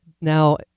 now